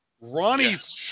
Ronnie's